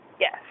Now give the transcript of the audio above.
Yes